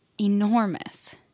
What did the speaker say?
enormous